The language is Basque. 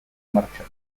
martxan